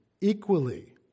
Equally